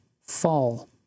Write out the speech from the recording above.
fall